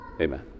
Amen